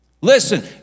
Listen